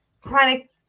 chronic